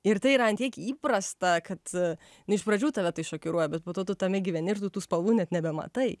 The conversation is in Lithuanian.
ir tai yra ant tiek įprasta kad nu iš pradžių tave tai šokiruoja bet po to tu tame gyveni ir tu tų spalvų net nebematai